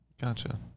Gotcha